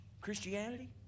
Christianity